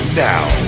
now